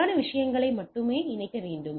சரியான விஷயங்களை மட்டுமே இணைக்க வேண்டும்